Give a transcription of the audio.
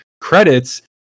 credits